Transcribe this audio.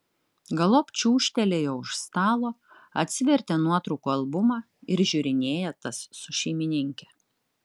galop čiūžtelėjo už stalo atsivertė nuotraukų albumą ir žiūrinėja tas su šeimininke